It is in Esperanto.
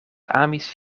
amis